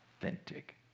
authentic